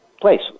place